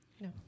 No